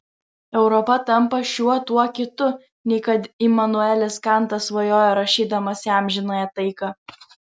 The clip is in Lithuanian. europa tampa šiuo tuo kitu nei kad imanuelis kantas svajojo rašydamas į amžinąją taiką